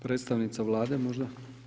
Predstavnica Vlade možda?